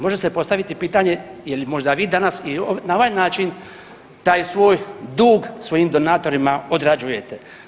Može se postaviti pitanje je li možda danas i na ovaj način taj svoj dug svojim donatorima odrađujete?